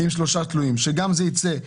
אומרים להם: אין לכם ניסיון.